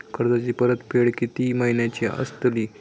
कर्जाची परतफेड कीती महिन्याची असतली?